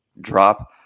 drop